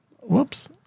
Whoops